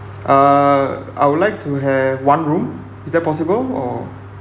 uh I would like to have one room is that possible or